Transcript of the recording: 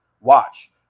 watch